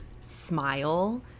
smile